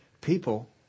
People